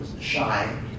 shy